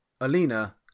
Alina